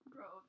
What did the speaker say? Bro